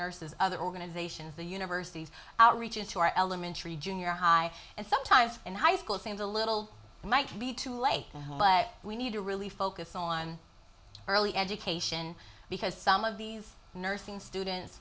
nurses other organizations the universities outreach into our elementary junior high and sometimes in high school it seems a little might be too late but we need to really focus on early education because some of these nursing students